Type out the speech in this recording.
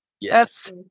Yes